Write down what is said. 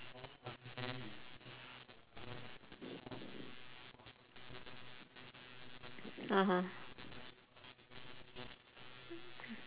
(uh huh)